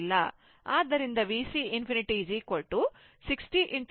ಆದ್ದರಿಂದ VC ∞ 60 3 180 Volt ಆಗಿದೆ